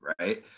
right